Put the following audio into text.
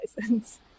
license